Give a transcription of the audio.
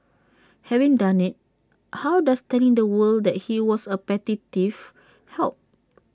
having done IT how does telling the world that he was A petty thief help